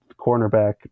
cornerback